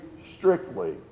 strictly